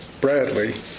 Bradley